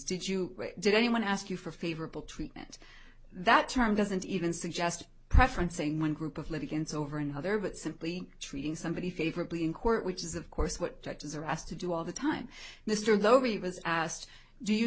did you did anyone ask you for favorable treatment that term doesn't even suggest preference saying one group of live events over another but simply treating somebody favorably in court which is of course what doctors are asked to do all the time mr lowy was asked do you